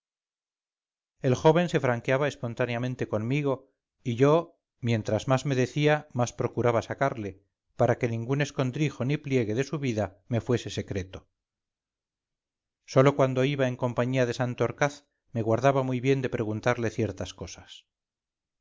el joven se franqueaba espontáneamente conmigo y yo mientras más me decía más procuraba sacarle para que ningún escondrijo ni pliegue de su vida me fuese secreto sólo cuando iba en compañía de santorcaz me guardaba muy bien de preguntarle ciertas cosas